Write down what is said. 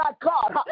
God